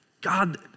God